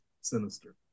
sinister